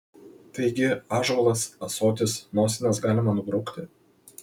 taigi ąžuolas ąsotis nosines galima nubraukti